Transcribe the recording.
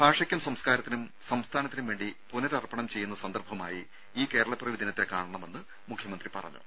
ഭാഷയ്ക്കും സംസ്കാരത്തിനും സംസ്ഥാനത്തിനും വേണ്ടി പുനർപ്പണം ചെയ്യുന്ന സന്ദർഭമായി ഈ കേരളപ്പിറവിയെ കാണണമെന്ന് മുഖ്യമന്ത്രി പറഞ്ഞു